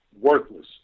worthless